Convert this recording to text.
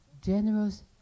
generous